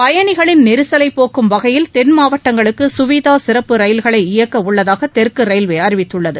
பயணிகளின் நெரிசலை போக்கும் வகையில் தென்மாவட்டங்களுக்கு சுவீதா சிறப்பு ரயில்களை இயக்க உள்ளதாக தெற்கு ரயில்வே அறிவித்துள்ளது